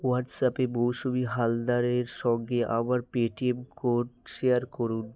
হোয়াটসঅ্যাপে মৌসুমি হালদারের সঙ্গে আমার পেটিএম কোড শেয়ার করুন